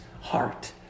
heart